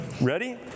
Ready